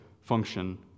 function